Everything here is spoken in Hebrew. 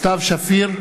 סתיו שפיר,